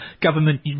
government